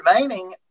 remaining